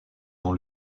dans